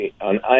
on